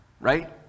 right